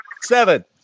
seven